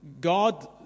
God